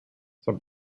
some